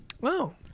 Wow